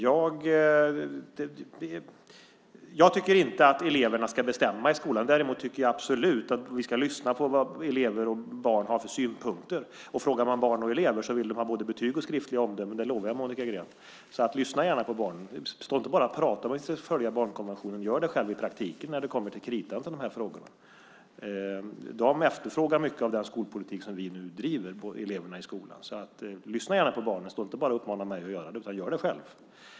Jag tycker inte att eleverna ska bestämma i skolan. Däremot tycker jag absolut att vi ska lyssna på vad elever och barn har för synpunkter. Och om man frågar barn och elever vill de ha både betyg och skriftliga omdömen, det lovar jag Monica Green. Så lyssna gärna på barnen. Stå inte bara och prata om att vi ska följa konventionen. Gör det själv i praktiken när det kommer till kritan i dessa frågor. Eleverna i skolan efterfrågar mycket av den skolpolitik som vi nu driver, så lyssna gärna på barnen. Stå inte bara och uppmana mig att göra det, utan gör det själv.